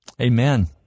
Amen